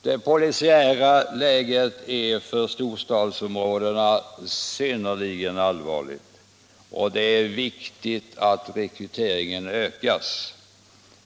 Det polisiära läget i storstadsområdena är synnerligen allvarligt, och det är viktigt att rekryteringen ökas.